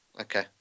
Okay